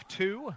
two